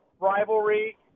rivalry